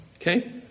Okay